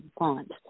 want